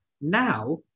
Now